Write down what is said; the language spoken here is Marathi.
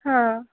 हां